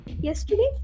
yesterday